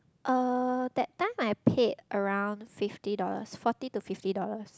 uh that time I paid around fifty dollars forty to fifty dollars